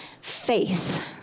faith